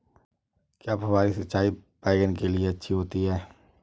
क्या फुहारी सिंचाई बैगन के लिए अच्छी होती है?